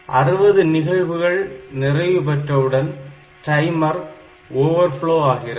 60 நிகழ்வுகள் நிறைவு பெற்றவுடன் டைமர் ஓவர்ப்ளோ ஆகிறது